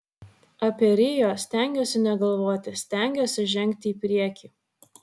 apie rio stengiuosi negalvoti stengiuosi žengti į priekį